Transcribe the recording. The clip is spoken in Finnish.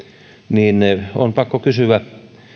niin on pakko kysyä